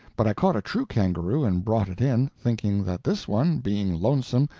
but i caught a true kangaroo and brought it in, thinking that this one, being lonesome,